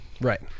Right